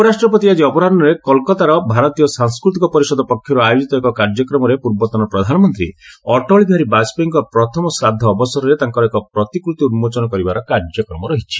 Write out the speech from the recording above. ଉପରାଷ୍ଟ୍ରପତି ଆଜି ଅପରାହ୍ନରେ କଲକାତାର ଭାରତୀୟ ସାଂସ୍କୃତିକ ପରିଷଦ ପକ୍ଷରୁ ଆୟୋଜିତ ଏକ କାର୍ଯ୍ୟକ୍ରମରେ ପୂର୍ବତନ ପ୍ରଧାନମନ୍ତ୍ରୀ ଅଟଳ ବିହାରୀ ବାଜପେୟୀଙ୍କ ପ୍ରଥମ ଶ୍ରାଦ୍ଧ ଅବସରରେ ତାଙ୍କର ଏକ ପ୍ରତିକୃତି ଉନ୍କୋଚନ କରିବାର କାର୍ଯ୍ୟକ୍ରମ ରହିଛି